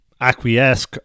acquiesce